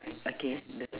okay the